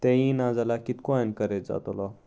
तेंवूय नाजाल्यार कितको एनकरेज जातोलो